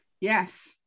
Yes